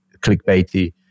clickbaity